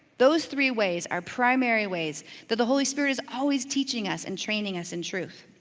those three ways are primary ways that the holy spirit is always teaching us and training us in truth.